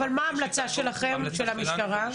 מה המלצת המשטרה?